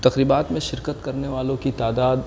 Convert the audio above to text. تخریبات میں شرکت کرنے والوں کی تعداد